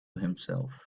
himself